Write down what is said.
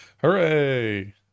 Hooray